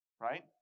right